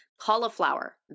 Cauliflower